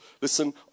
Listen